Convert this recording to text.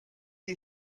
you